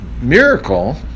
miracle